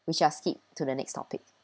we shall skip to the next topic